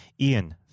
Ian